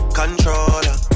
controller